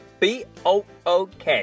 book